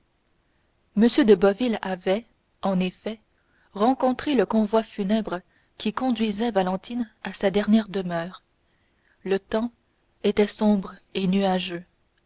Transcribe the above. m de boville avait en effet rencontré le convoi funèbre qui conduisait valentine à sa dernière demeure le temps était sombre et nuageux